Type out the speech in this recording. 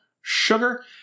sugar